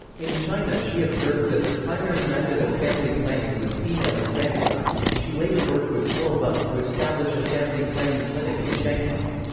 in china she observed that the primary method of family planning was female infanticide, and she later worked with pearl buck to establish a family planning clinic in shanghai.